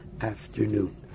afternoon